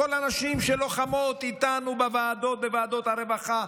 כל הנשים שלוחמות איתנו בוועדות הרווחה,